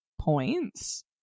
points